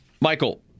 Michael